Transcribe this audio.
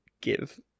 give